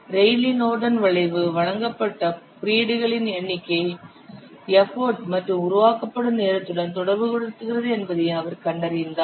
Rayleigh Norden வளைவு வழங்கப்பட்ட குறியீடுகளின் எண்ணிக்கை எஃபர்ட் மற்றும் உருவாக்கப்படும் நேரத்துடன் தொடர்புபடுத்துகிறது என்பதையும் அவர் கண்டறிந்தார்